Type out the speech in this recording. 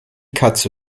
katze